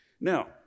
Now